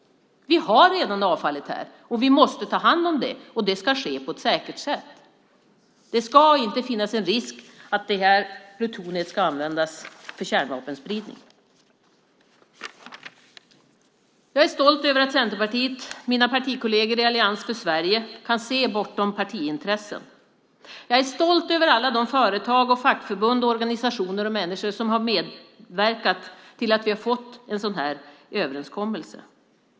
Vi har redan avfallet här. Vi måste ta hand om det, och det ska ske på ett säkert sätt. Det ska inte finnas en risk att det här plutoniet används för kärnvapenspridning. Jag är stolt över att Centerpartiet, mina partikolleger i Allians för Sverige, kan se bortom partiintressen. Jag är stolt över alla de företag och fackförbund och organisationer och människor som har medverkat till att vi har fått en sådan här överenskommelse.